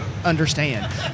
understand